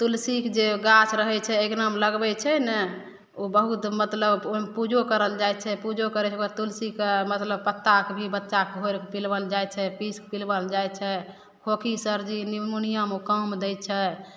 तुलसी के जे गाछ रहै छै अँगना मे लगबै छै ने ओ बहुत मतलब ओइमे पूजो करल जाइ छै पूजो करै के बाद तुलसी के मतलब पत्ता के भी बच्चा के घोइर के पिलवल जाइ छै पीस कऽ पिलबल जाइ छै खोखी सर्दी निमोनियाँ मे ओ काम दै छै